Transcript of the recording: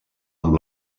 amb